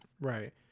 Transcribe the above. Right